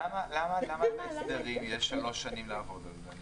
למה בהסדרים אם יש שלוש שנים לעבוד על זה?